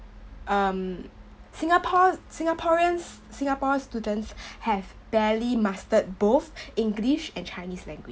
um singapore singaporeans singapore students have barely mastered both english and chinese language